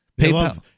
PayPal